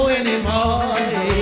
anymore